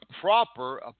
proper